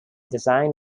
design